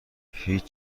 هیچ